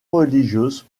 religieuse